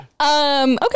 Okay